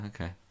okay